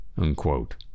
unquote